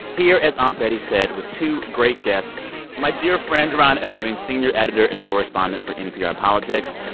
here, as aunt betty said, with two great guests my dear friend ron elving, senior editor and correspondent for npr politics.